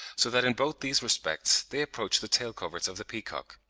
so that in both these respects they approach the tail-coverts of the peacock.